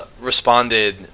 responded